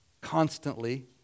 constantly